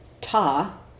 Ta